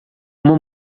uma